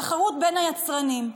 התחרות בין היצרנים,